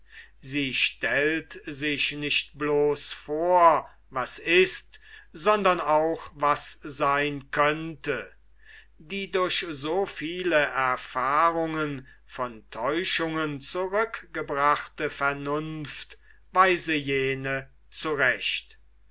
sie stellt sich nicht bloß vor was ist sondern auch was seyn könnte die durch so viele erfahrungen von täuschungen zurückgebrachte vernunft weise jene zurecht